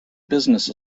business